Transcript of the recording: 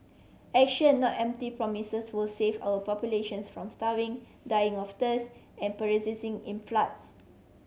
action not empty promises will save our populations from starving dying of thirst and perishing in floods